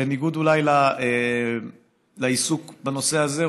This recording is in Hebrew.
בניגוד אולי לעיסוק בנושא הזה,